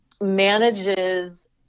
Manages